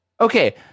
Okay